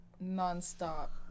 non-stop